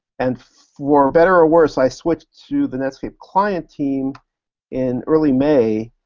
and for better or worse i switched to the netscape client team in early may,